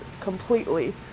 completely